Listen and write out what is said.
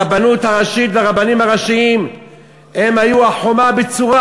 הרבנות הראשית והרבנים הראשיים היו החומה הבצורה